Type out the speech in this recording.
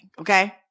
Okay